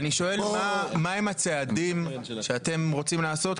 אני שואל מה הם הצעדים שאתם רוצים לעשות,